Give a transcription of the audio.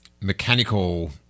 mechanical